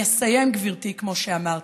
אני אסיים, גברתי, כמו שאמרתי,